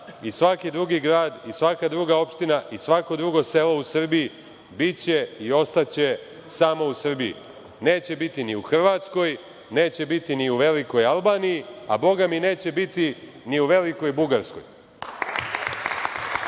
i svaki drugi grad i svaka druga opština i svako drugo selo u Srbiji biće i ostaće samo u Srbiji. Neće biti ni u Hrvatskoj, neće biti ni u velikoj Albaniji, a bogami neće biti ni u velikoj Bugarskoj. Ono